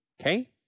Okay